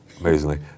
amazingly